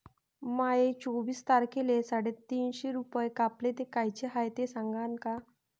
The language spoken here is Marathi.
माये चोवीस तारखेले साडेतीनशे रूपे कापले, ते कायचे हाय ते सांगान का?